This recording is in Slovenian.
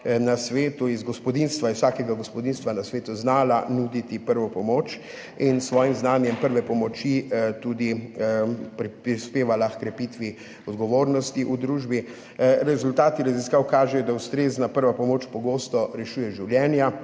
letih vsaj ena oseba iz vsakega gospodinjstva na svetu znala nuditi prvo pomoč in s svojim znanjem prve pomoči tudi prispevala h krepitvi odgovornosti v družbi. Rezultati raziskav kažejo, da ustrezna prva pomoč pogosto rešuje življenja,